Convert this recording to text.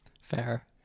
Fair